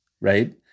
right